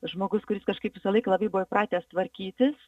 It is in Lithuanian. žmogus kuris kažkaip visąlaik labai buvo įpratęs tvarkytis